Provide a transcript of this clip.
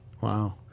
wow